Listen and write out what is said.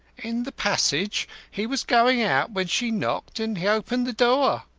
in the passage. he was going out when she knocked and he opened the door.